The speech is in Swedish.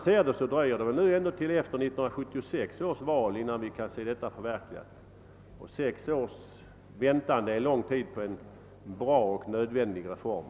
Nu dröjer det till efter 1976 års val innan vi kan få se ett förslag förverkligat, och sex år är en lång väntan på en bra och nödvändig reform.